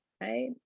right